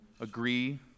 agree